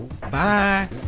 Bye